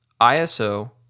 ISO